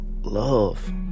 love